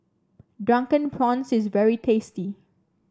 Drunken Prawns is very tasty